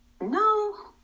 no